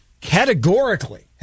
categorically